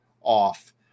off